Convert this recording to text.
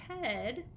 head